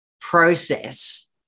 process